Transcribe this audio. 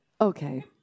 Okay